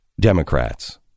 Democrats